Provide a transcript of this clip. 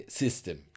system